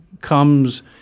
comes